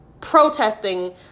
protesting